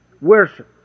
Worship